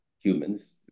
humans